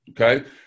okay